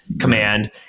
Command